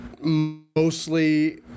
Mostly